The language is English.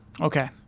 Okay